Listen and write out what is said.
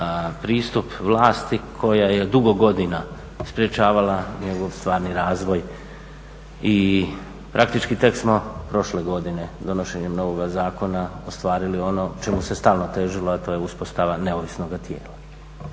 pristup vlasti koja je dugo godina sprečavala njegov stvarni razvoj i praktički tek smo prošle godine donošenjem novoga zakona ostvarili ono čemu se stalno težilo a to je uspostava neovisnoga tijela.